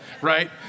right